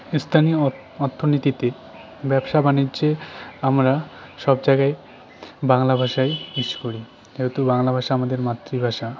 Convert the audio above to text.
স্থানীয় অর্থনীতিতে ব্যবসা বাণিজ্যে আমরা সব জায়াগায় বাংলা ভাষাই ইউজ করি যেহেতু বাংলা ভাষা আমাদের মাতৃভাষা